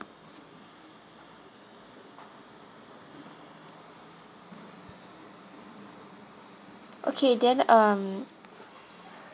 okay then um